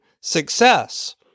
success